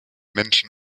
menschen